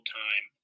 time